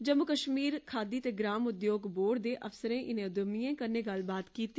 जम्मू कश्मीर खादी ते ग्राम उद्योग दे अफसरें इनें उद्यमिएं कन्नै गल्लबात कीती